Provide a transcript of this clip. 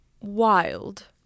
Wild